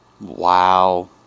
wow